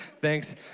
thanks